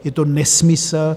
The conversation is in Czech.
Je to nesmysl.